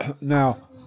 Now